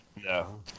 No